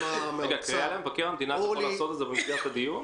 קריאה למבקר המדינה אפשר לעשות במסגרת הדיון?